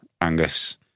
Angus